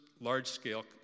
large-scale